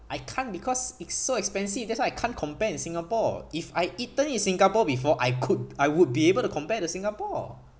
I can't because it's so expensive that's why I can't compare in singapore if I eaten in singapore before I could I would be able to compare to singapore